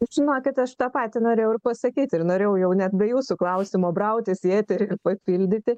žinokit aš tą patį norėjau ir pasakyti ir norėjau jau net be jūsų klausimo brautis į eterį papildyti